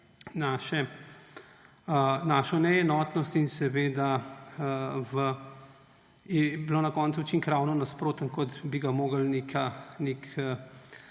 našo neenotnost in je bil na koncu učinek ravno nasproten, kot bi ga moral nek